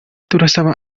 turasaba